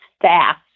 staff